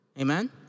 Amen